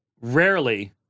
rarely